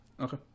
Okay